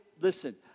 listen